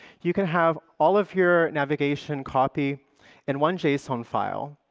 you can have all of your navigation copy in one json file.